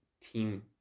team